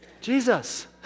Jesus